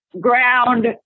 ground